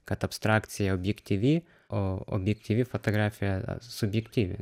kad abstrakcija objektyvi o objektyvi fotografija subjektyvi